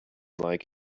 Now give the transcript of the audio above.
like